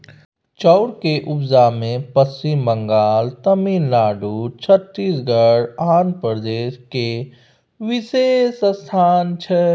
चाउर के उपजा मे पच्छिम बंगाल, तमिलनाडु, छत्तीसगढ़, आंध्र प्रदेश केर विशेष स्थान छै